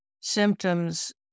symptoms